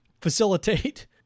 facilitate